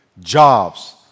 jobs